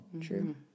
True